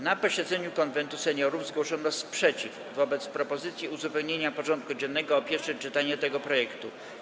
Na posiedzeniu Konwentu Seniorów zgłoszono sprzeciw wobec propozycji uzupełnienia porządku dziennego o pierwsze czytanie tego projektu.